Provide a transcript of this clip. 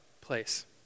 place